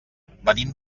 venim